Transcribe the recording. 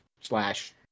slash